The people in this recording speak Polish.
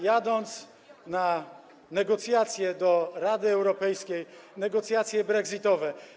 jadąc na negocjacje do Rady Europejskiej, negocjacje brexitowe.